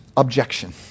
Objection